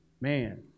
Man